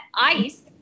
ICE